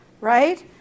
right